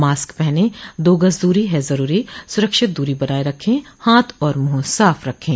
mask पहनें दो गज़ दूरी है ज़रूरी सुरक्षित दूरी बनाए रखें हाथ और मुंह साफ रखें